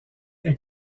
est